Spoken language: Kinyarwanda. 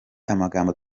amagambo